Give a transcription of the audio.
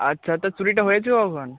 আচ্ছা তো চুরিটা হয়েছে কখন